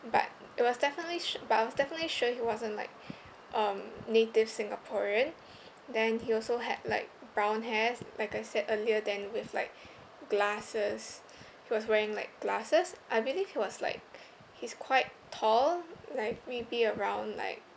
but it was definitely su~ but I was definitely sure wasn't like um native singaporean (pbb) then he also had like brown hair like I said earlier then with like (pbb) glasses he was wearing like glasses I believe he was like he's quite tall like maybe around like